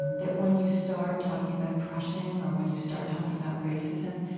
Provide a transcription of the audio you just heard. um that when you start talking about oppression or when you start talking about racism,